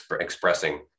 expressing